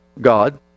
God